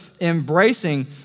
embracing